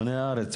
בוני הארץ,